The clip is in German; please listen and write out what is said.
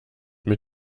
mit